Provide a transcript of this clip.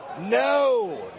No